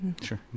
sure